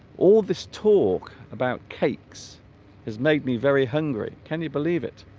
all this talk about cakes has made me very hungry can you believe it